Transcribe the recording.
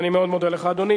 אני מאוד מודה לך, אדוני.